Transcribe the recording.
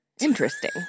interesting